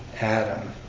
Adam